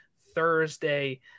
Thursday